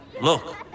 look